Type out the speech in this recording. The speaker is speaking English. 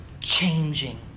changing